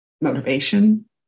motivation